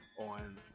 On